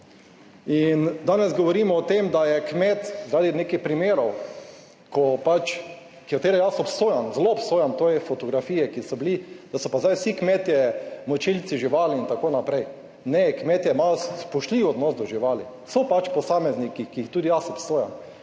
In danes govorimo o tem, da je kmet zaradi nekih primerov katere jaz obsojam, zelo obsojam, to je fotografije, ki so bile, da so pa zdaj vsi kmetje mučilci živali, itn.. Ne, kmetje imajo spoštljiv odnos do živali. So posamezniki, ki jih tudi jaz obsojam,